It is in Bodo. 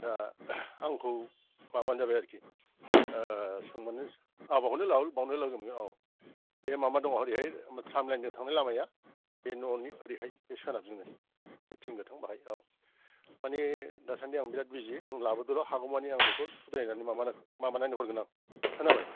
दा आंखौ माबाबानो जाबाय आरोखि सोंबानो औ बाहायनो बावनो लोगो मोनगोन औ बे माबा दं हरैहाय ट्राम लाइनजों थांनाय लामाया बे न'नि ओरैहाय बे सोनाबजोंनो बे थिं गोथां बाहाय औ मानि दासान्दि आं बिराट बिजि नों लाबोदोल' हागौमानि आं बेखौ सुद्रायनानै माबागोन माबानानै हरगोन आं खोनाबाय